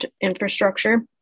infrastructure